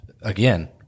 again